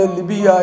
Libya